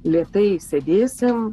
lėtai sėdėsim